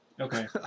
Okay